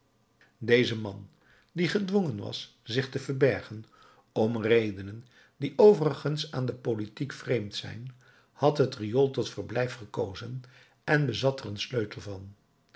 deze man die gedwongen was zich te verbergen om redenen die overigens aan de politiek vreemd zijn had het riool tot verblijf gekozen en bezat er een sleutel van